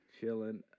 Chilling